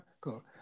cool